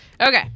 Okay